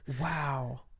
Wow